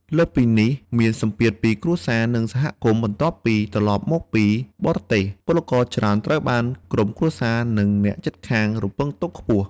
លើសពីនេះមានសម្ពាធពីក្រុមគ្រួសារ និងសហគមន៍ បន្ទាប់ពីត្រឡប់មកពីបរទេស ពលករច្រើនត្រូវបានក្រុមគ្រួសារ និងអ្នកជិតខាងរំពឹងទុកខ្ពស់។